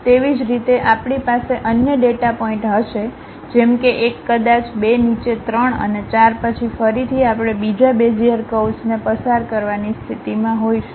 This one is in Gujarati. તેવી જ રીતે આપણી પાસે અન્ય ડેટા પોઈન્ટ હશે જેમ કે એક કદાચ બે નીચે ત્રણ અને ચાર પછી ફરીથી આપણે બીજા બેઝીઅર કર્વ્સને પસાર કરવાની સ્થિતિમાં હોઈશું